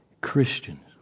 Christians